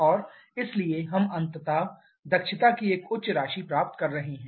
और इसलिए हम अंततः दक्षता की एक उच्च राशि प्राप्त कर रहे हैं